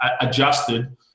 adjusted